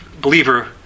believer